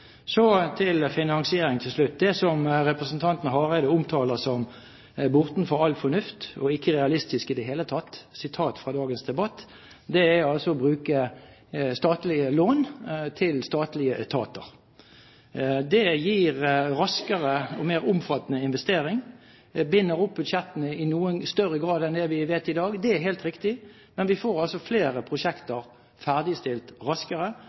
Så til finansiering til slutt. Det som representanten Hareide omtaler som «bortanom all fornuft, og som ikkje er realistiske i det heile» – sitat fra dagens debatt – er altså å bruke statlige lån til statlige etater. Det gir raskere og mer omfattende investeringer, det binder opp budsjettene i noe større grad enn det vi vet i dag – det er helt riktig – men vi får altså flere prosjekter ferdigstilt raskere,